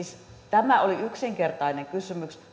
tämä oli siis yksinkertainen kysymys